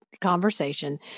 conversation